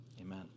Amen